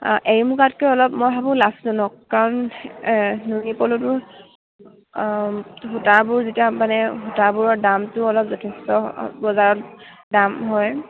এড়ী মূগাতকৈ অলপ মই ভাবোঁ লাভজনক কাৰণ নুনী পলুটো সূতাবোৰ যেতিয়া মানে সূতাবোৰৰ দামটো অলপ যথেষ্ট বজাৰত দাম হয়